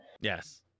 Yes